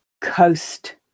Coast